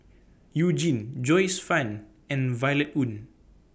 YOU Jin Joyce fan and Violet Oon